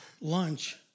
lunch